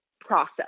process